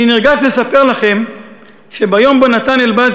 אני נרגש לספר לכם שביום שבו נתן אלבז,